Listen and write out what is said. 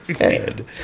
head